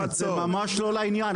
זה ממש לא לעניין.